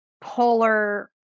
polar